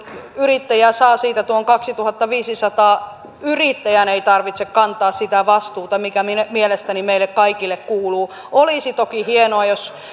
saa siitä tuon kaksituhattaviisisataa yrittäjän ei tarvitse kantaa sitä vastuuta mikä mielestäni meille kaikille kuuluu olisi toki hienoa jos